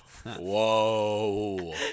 Whoa